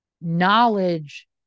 knowledge